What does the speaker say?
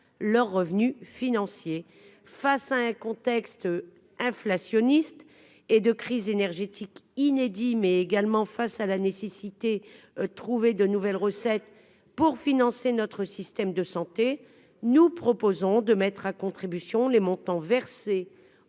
leurs revenus financiers face à un contexte inflationniste et de crise énergétique inédit mais également face à la nécessité, trouver de nouvelles recettes pour financer notre système de santé, nous proposons de mettre à contribution les montants versés